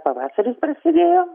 pavasaris prasidėjo